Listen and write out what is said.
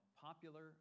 popular